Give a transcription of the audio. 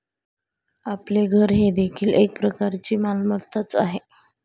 आपले घर हे देखील एक प्रकारची मालमत्ताच आहे